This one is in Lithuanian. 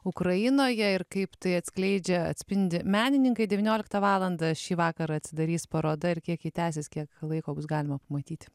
ukrainoje ir kaip tai atskleidžia atspindi menininkai devynioliktą valandą šį vakarą atsidarys paroda ir kiek ji tęsis kiek laiko bus galima pamatyti